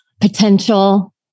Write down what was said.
potential